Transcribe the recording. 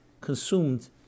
consumed